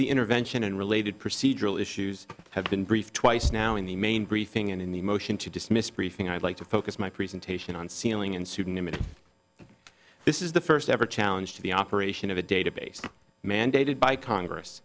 the intervention and related procedural issues have been briefed twice now in the main briefing and in the motion to dismiss briefing i'd like to focus my presentation on sealing in pseudonymity this is the first ever challenge to the operation of a database mandated by congress